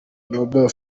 noble